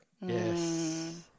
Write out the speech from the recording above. Yes